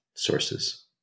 Sources